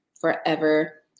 forever